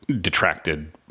detracted